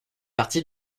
partie